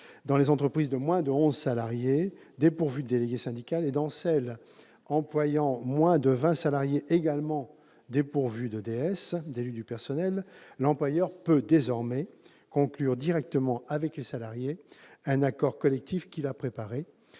Dans les entreprises de moins de 11 salariés dépourvues de délégué syndical, et dans celles qui emploient moins de 20 salariés et qui sont également dépourvues d'élus du personnel, l'employeur peut désormais conclure directement avec les salariés un accord collectif qu'il a préparé,